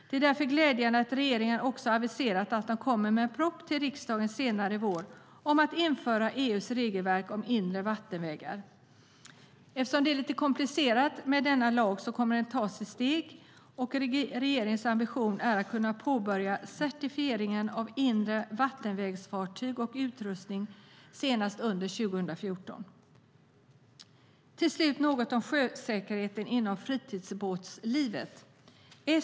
Det är därför glädjande att regeringen också har aviserat att man kommer med en proposition till riksdagen senare i vår om att införa EU:s regelverk om inre vattenvägar. Eftersom det är lite komplicerat kommer det att tas i steg. Regeringens ambition är att kunna påbörja certifieringen av inre vattenvägsfartyg och utrustning senast under 2014. Jag ska säga något om sjösäkerhet inom fritidsbåtslivet.